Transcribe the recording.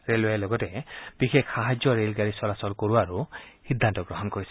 railway লগতে বিশেষ সাহায্য ৰেলগাড়ী চলাচল কৰোৱাৰো সিদ্ধান্ত গ্ৰহণ কৰিছে